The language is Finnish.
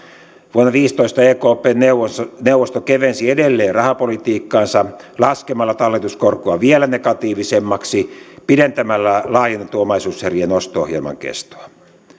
vuonna viisitoista ekpn neuvosto neuvosto kevensi edelleen rahapolitiikkaansa laskemalla talletuskorkoa vielä negatiivisemmaksi pidentämällä laajennetun omaisuuserien osto ohjelman kestoa